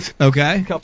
Okay